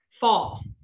fall